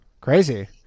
crazy